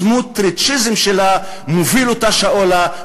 שהסמוטריציזם שלה מוביל אותה שאולה,